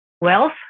wealth